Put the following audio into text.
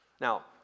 Now